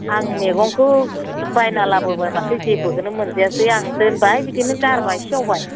आं मैगंखौ बायना लाबोबाय माथो जेबोखोनो मोनजायासै आं दोनबाय बिदिनो गारबाय सेवबाय